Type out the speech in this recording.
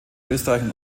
österreich